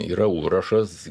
yra užrašas